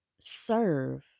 serve